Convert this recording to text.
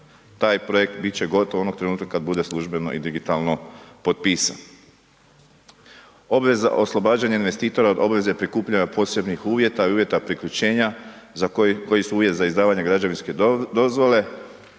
Taj projekt bit će gotov onog trenutka kad bude službeno i digitalno potpisan. Obveza oslobađanja investitora obveza je prikupljanja posebnih uvjeta i uvjeta priključenja koji su uvjet za izdavanje građevinske dozvole.